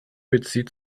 bezieht